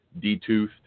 detoothed